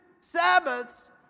Sabbaths